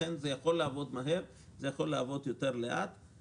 לכן זה יכול לעבוד מהר, זה יכול לעבוד לאט יותר.